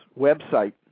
website